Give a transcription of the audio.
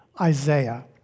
Isaiah